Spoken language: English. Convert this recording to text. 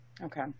Okay